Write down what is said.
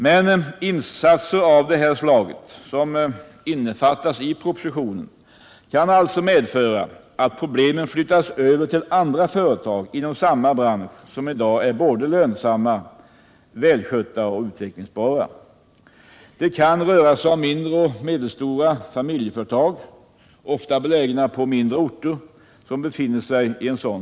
Men insatser av det slag som innefattas i propositionen kan också medföra att problemen flyttas över till andra företag inom samma bransch som i dag är både lönsamma, välskötta och utvecklingsbara, exempelvis mindre och medelstora familjeföretag som ofta är belägna på mindre orter.